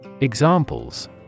Examples